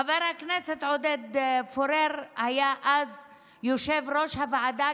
חבר הכנסת עודד פורר היה אז יושב-ראש הוועדה,